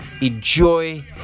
enjoy